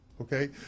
Okay